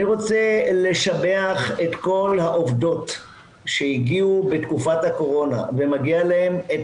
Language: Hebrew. אני רוצה לשבח את כל העובדות שהגיעו בתקופת הקורונה ומגיע להן את